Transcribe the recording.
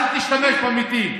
אל תשתמש במתים.